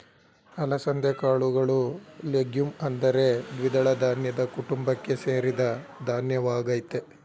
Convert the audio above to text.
ಅಲಸಂದೆ ಕಾಳುಗಳು ಲೆಗ್ಯೂಮ್ ಅಂದರೆ ದ್ವಿದಳ ಧಾನ್ಯದ ಕುಟುಂಬಕ್ಕೆ ಸೇರಿದ ಧಾನ್ಯವಾಗಯ್ತೆ